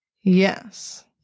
yes